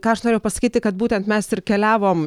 ką aš norėjau pasakyt tai kad būtent mes ir keliavom